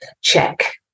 check